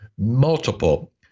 multiple